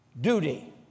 duty